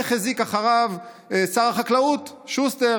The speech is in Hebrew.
החרה-החזיק אחריו שר החקלאות שוסטר,